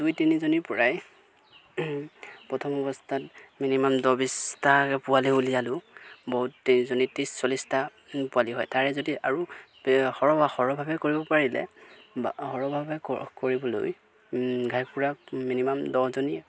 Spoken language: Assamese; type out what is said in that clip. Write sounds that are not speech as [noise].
দুই তিনিজনীৰপৰাই প্ৰথম অৱস্থাত মিনিমাম দহ বিছটাকৈ পোৱালি উলিয়ালেও বহুত [unintelligible] ত্ৰিছ চল্লিছটা পোৱালি হয় তাৰে যদি আৰু সৰহ বা সৰহভাৱে কৰিব পাৰিলে বা সৰহভাৱে কৰিবলৈ ঘাই কুকুৰাক মিনিমাম দহজনী